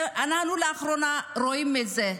אנחנו לאחרונה רואים את זה.